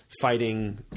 fighting